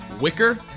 wicker